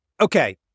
Okay